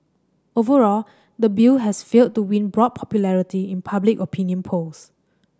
overall the bill has failed to win broad popularity in public opinion polls